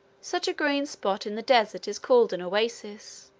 such a green spot in the desert is called an oasis.